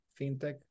FinTech